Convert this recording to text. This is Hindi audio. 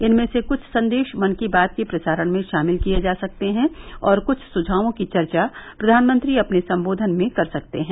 इनमें से कुछ संदेश मन की बात के प्रसारण में शामिल किए जा सकते हैं और कुछ सुझावों की चर्चा प्रधानमंत्री अपने संबोधन में कर सकते हैं